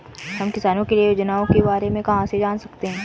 हम किसानों के लिए योजनाओं के बारे में कहाँ से जान सकते हैं?